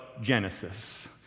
Genesis